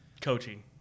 Coaching